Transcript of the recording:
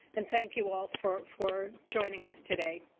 and, thank you all for for joining us today.